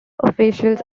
officials